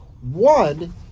One